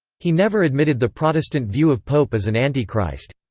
he never admitted the protestant view of pope as an antichrist.